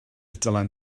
dylan